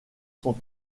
sont